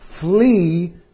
Flee